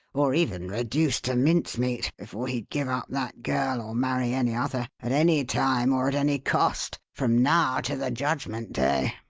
or even reduced to mincemeat, before he'd give up that girl or marry any other, at any time or at any cost, from now to the judgment day.